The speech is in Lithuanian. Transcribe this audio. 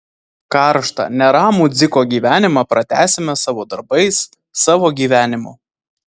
karštą neramų dziko gyvenimą pratęsime savo darbais savo gyvenimu